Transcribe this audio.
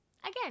again